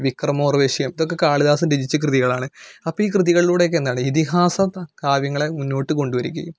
വിക്രമോർവശീയം ഇതൊക്കെ കാളിദാസൻ രചിച്ച കൃതികളാണ് അപ്പോൾ ഈ കൃതികളിലൂടെ ഒക്കെ എന്താണ് ഇതിഹാസകാവ്യങ്ങളെ മുന്നോട്ട് കൊണ്ടുവരികയും